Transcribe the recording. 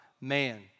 man